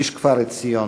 איש כפר-עציון: